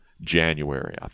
January